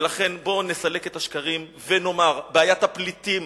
ולכן, בואו נסלק את השקרים ונאמר: בעיית הפליטים,